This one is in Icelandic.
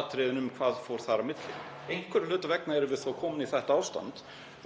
allt um hvað fór þar á milli. Einhverra hluta vegna erum við þó komin í þetta ástand